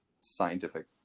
scientific